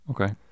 Okay